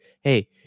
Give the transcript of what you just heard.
hey